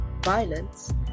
violence